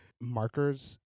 markers